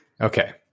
Okay